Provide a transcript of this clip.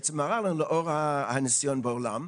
בעצם מראה לנו לאור הניסיון בעולם.